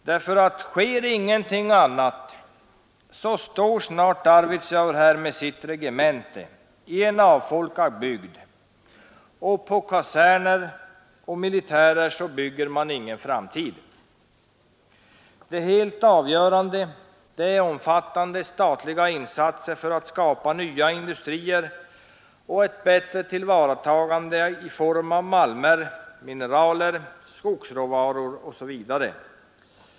Sker det ingenting annat, så står snart Arvidsjaur där med sitt regemente i en avfolkad bygd. Och på kaserner och militärer bygger man ingen framtid. Det helt avgörande är omfattande statliga insatser för att skapa nya industrier och ett bättre tillvaratagande av råvaror i form av malmer, mineraler, skogsråvaror osv.